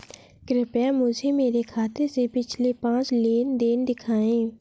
कृपया मुझे मेरे खाते से पिछले पांच लेन देन दिखाएं